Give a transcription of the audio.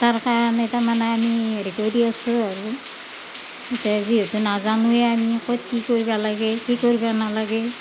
তাৰকাৰণে এতা মানে আমি হেৰি কৰি আছোঁ আৰু এতিয়া যিহেতু নাজানোৱে আমি ক'ত কি কৰিব লাগে কি কৰিব নালাগে